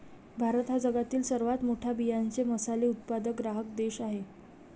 भारत हा जगातील सर्वात मोठा बियांचे मसाले उत्पादक ग्राहक देश आहे